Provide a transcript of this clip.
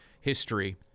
history